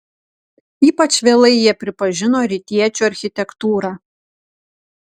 ypač vėlai jie pripažino rytiečių architektūrą